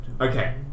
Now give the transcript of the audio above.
Okay